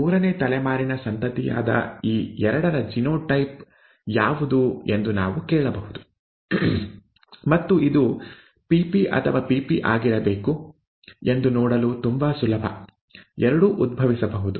ಮೂರನೇ ತಲೆಮಾರಿನ ಸಂತತಿಯಾದ ಈ ಎರಡರ ಜಿನೋಟೈಪ್ ಯಾವುದು ಎಂದು ನಾವು ಕೇಳಬಹುದು ಮತ್ತು ಇದು Pp ಅಥವಾ PP ಆಗಿರಬೇಕು ಎಂದು ನೋಡಲು ತುಂಬಾ ಸುಲಭ ಎರಡೂ ಉದ್ಭವಿಸಬಹುದು